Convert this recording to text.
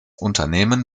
unternehmen